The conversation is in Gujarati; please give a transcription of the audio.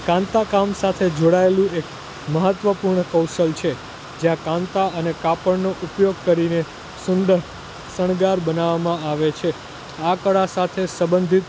કાન્તા કામ સાથે જોડાયેલું એક મહત્ત્વપૂર્ણ કૌશલ્ય છે જ્યાં કાન્તા અને કાપડનો ઉપયોગ કરીને સુંદર શણગાર બનાવવામાં આવે છે આ કળા સાથે સંબંધિત